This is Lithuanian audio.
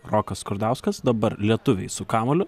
rokas skurdauskas dabar lietuviai su kamuoliu